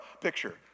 picture